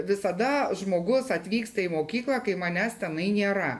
visada žmogus atvyksta į mokyklą kai manęs tenai nėra